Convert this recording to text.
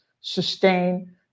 sustain